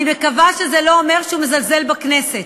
אני מקווה שזה לא אומר שהוא מזלזל בכנסת,